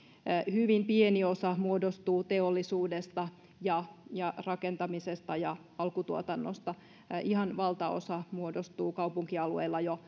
hyvin pieni osa muodostuu teollisuudesta rakentamisesta ja alkutuotannosta ihan valtaosa muodostuu kaupunkialueilla jo